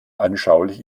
anschaulich